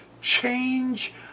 change